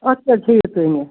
اَتھ کیٛاہ حظ ہیٚیِو تُہۍ مےٚ